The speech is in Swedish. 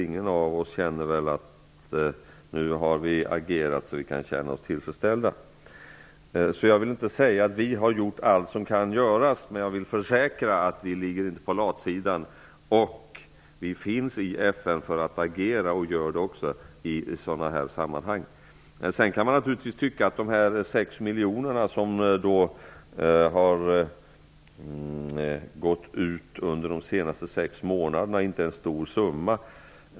Ingen av oss känner väl att vi har agerat så att vi kan känna oss tillfredsställda. Jag vill inte säga att vi har gjort allt som kan göras, men jag vill försäkra att vi inte ligger på latsidan. Vi finns i FN för att agera och gör det också i sådana här sammanhang. Man kan naturligtvis tycka att de 6 miljoner kronor som har betalats ut under de senaste sex månaderna inte är någon stor summa.